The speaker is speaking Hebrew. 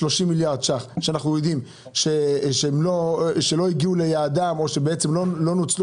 30 מיליארד שקלים שאנחנו יודעים שלא הגיעו ליעדם או שבעצם לא נוצלו